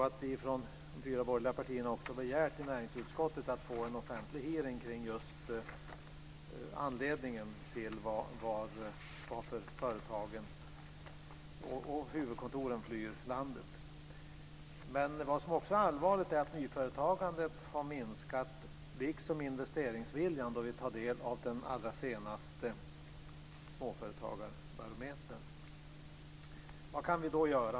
Vi från de fyra borgerliga partierna har i näringsutskottet begärt att få en offentlig hearing om just anledningen till att företagen och huvudkontoren flyr landet. Vad som också är allvarligt är att nyföretagandet har minskat liksom investeringsviljan, enligt den allra senaste småföretagarbarometern. Vad kan vi då göra?